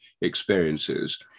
experiences